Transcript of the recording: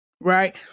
Right